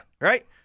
Right